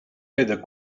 peddler